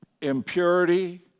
impurity